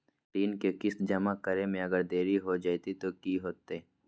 ऋण के किस्त जमा करे में अगर देरी हो जैतै तो कि होतैय?